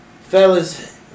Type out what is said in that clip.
fellas